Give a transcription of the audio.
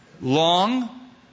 long